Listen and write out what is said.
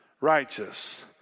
righteous